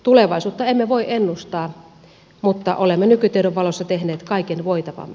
tulevaisuutta emme voi ennustaa mutta olemme nykytiedon valossa tehneet kaiken voitavamme